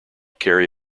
carry